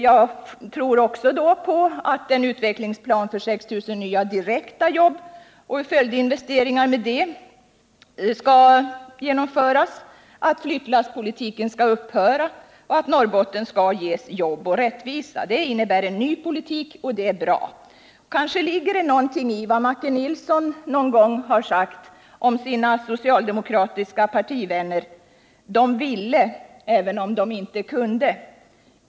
Jag tror också på att en utvecklingsplan för 6 000 nya direkta jobb och följdinvesteringar med anledning därav skall genomföras, att flyttlasspolitiken skall upphöra och att Norrbotten skall ges jobb och rättvisa. Det innebär en ny politik, och det är bra. Kanske ligger det någonting i vad Macke Nilsson någon gång har sagt om sina socialdemokratiska partivänner: De ville även om de inte kunde.